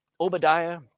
Obadiah